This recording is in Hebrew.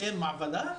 אין מעבדה,